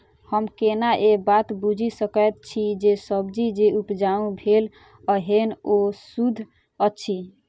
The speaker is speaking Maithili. हम केना ए बात बुझी सकैत छी जे सब्जी जे उपजाउ भेल एहन ओ सुद्ध अछि?